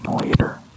later